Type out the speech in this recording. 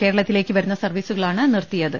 കേരളത്തി ലേക്ക് വരുന്ന സർവീസുകളാണ് നിർത്തിയത്